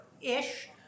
ish